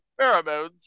pheromones